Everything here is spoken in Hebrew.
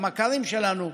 למכרים שלנו,